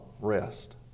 rest